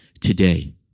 today